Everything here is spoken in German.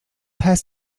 heißt